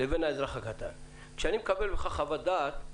כשאני מקבל ממך חוות-דעת,